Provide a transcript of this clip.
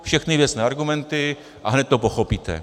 Všechny věcné argumenty, a hned to pochopíte.